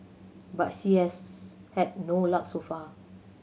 but she has had no luck so far